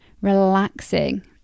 relaxing